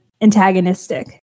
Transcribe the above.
antagonistic